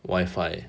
wifi